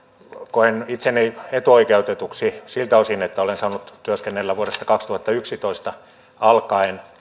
koen itseni etuoikeutetuksi siltä osin että olen saanut työskennellä vuodesta kaksituhattayksitoista alkaen